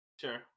Sure